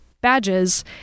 badges